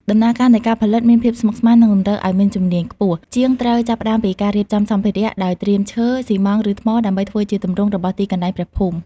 ដំណើរការនៃការផលិតមានភាពស្មុគស្មាញ និងតម្រូវឲ្យមានជំនាញខ្ពស់ ជាងត្រូវចាប់ផ្ដើមពីការរៀបចំសម្ភារៈ ដោយត្រៀមឈើ ស៊ីម៉ងត៍ ឬថ្ម ដើម្បីធ្វើជាទម្រង់របស់ទីកន្លែងព្រះភូមិ។